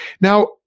Now